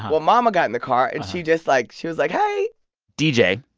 well, momma got in the car and she just like she was like, hey d j.